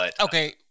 okay